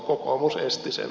kokoomus esti sen